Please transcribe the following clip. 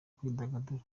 kwidagadura